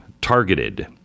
targeted